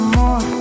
more